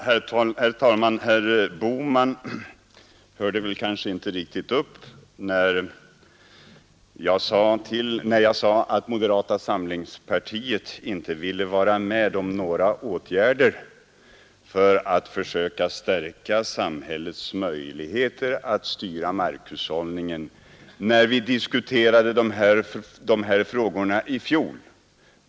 Herr talman! Herr Bohman hörde kanske inte riktigt upp när jag sade att moderata samlingspartiet inte ville vara med om några åtgärder för att försöka stärka samhällets möjligheter att styra markhushållningen, när vi diskuterade dessa frågor i fjol.